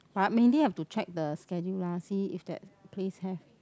but mainly have to check the schedule lah see if that place have